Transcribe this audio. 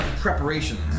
preparations